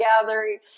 gathering